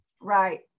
Right